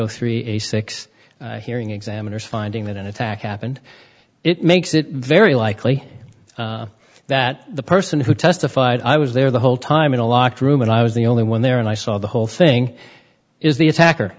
three six hearing examiners finding that an attack happened it makes it very likely that the person who testified i was there the whole time in a locked room and i was the only one there and i saw the whole thing is the attacker